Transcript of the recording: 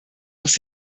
aus